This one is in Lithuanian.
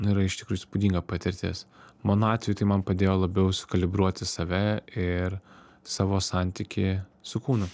na yra iš tikrųjų įspūdinga patirtis mano atveju tai man padėjo labiau sukalibruoti save ir savo santykį su kūnu